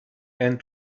and